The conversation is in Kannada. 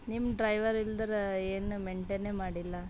ನಿಮ್ಮ ಡ್ರೈವರ್ ಇಲ್ದರ ಏನೂ ಮೆಂಟೇನೇ ಮಾಡಿಲ್ಲ